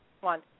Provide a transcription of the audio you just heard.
one